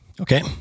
Okay